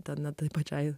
dar net pačiai